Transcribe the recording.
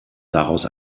daraus